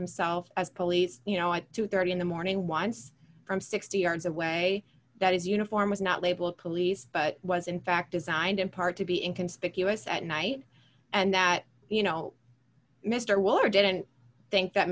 himself as police you know on two thirty in the morning once from sixty yards away that is uniform was not labeled police but was in fact designed in part to be in conspicuous at night and that you know mr weller didn't think that